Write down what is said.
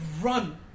run